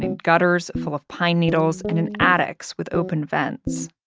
in gutters full of pine needles, and in attics with open vents.